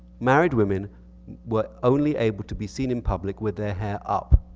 married women were only able to be seen in public with their hair up.